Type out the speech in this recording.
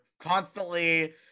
constantly